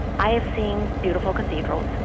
i have seen beautiful cathedrals,